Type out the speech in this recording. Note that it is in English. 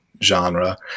genre